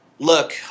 Look